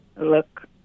look